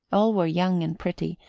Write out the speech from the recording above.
all were young and pretty,